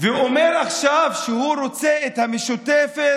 הוא אומר עכשיו שהוא רוצה את המשותפת